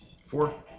Four